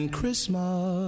Christmas